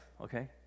okay